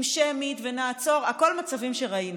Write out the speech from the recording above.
עם "שמית" ו"נעצור" הכול מצבים שראינו.